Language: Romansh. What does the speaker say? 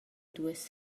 duess